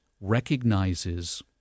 recognizes